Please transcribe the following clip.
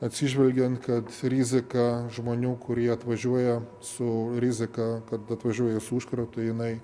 atsižvelgiant kad rizika žmonių kurie atvažiuoja su rizika kad atvažiuoja su užkratu jinai